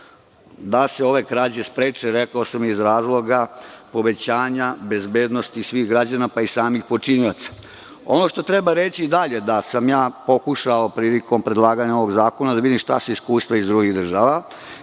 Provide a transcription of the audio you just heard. da se ove krađe spreče, rekao sam iz razloga povećanja bezbednosti svih građana, pa i samih počinioca. Ono što treba reći dalje, da sam pokušao prilikom predlaganja ovog zakona, da vidim šta se iskustva iz drugih država.